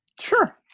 Sure